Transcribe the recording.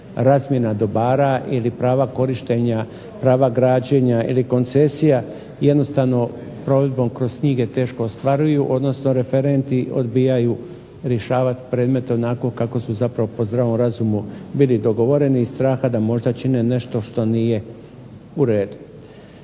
razmjena dobara ili prava korištenja, prava građenja ili koncesija jednostavno provedbom kroz knjige teško ostvaruju odnosno referenti odbijaju rješavati predmete onako kako su zapravo po zdravom razumu bili dogovoreni iz straha da možda čine nešto što nije u redu.